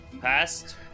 passed